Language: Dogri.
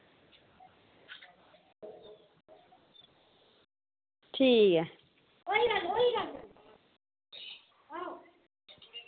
ठीक ऐ